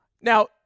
Now